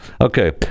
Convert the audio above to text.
Okay